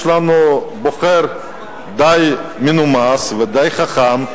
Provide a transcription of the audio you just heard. יש לנו בוחר די מנומס ודי חכם,